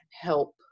help